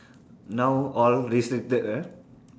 now all restricted ah